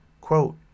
Quote